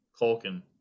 Culkin